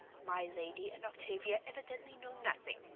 my lady and octavia evidently know nothing,